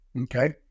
Okay